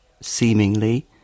Seemingly